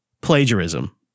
plagiarism